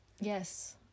Yes